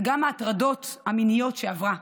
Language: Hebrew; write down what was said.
וגם ההטרדות המיניות שעברה,